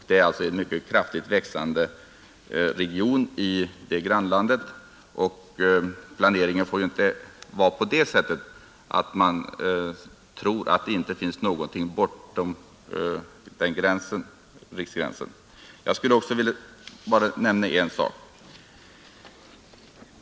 Det är alltså en i grannlandet mycket kraftigt växande region. Planeringen får inte göras på det sättet att man inte tror att det finns någonting bortom riksgränsen. Jag skulle vilja nämna ytterligare en sak.